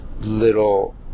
little